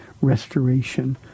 restoration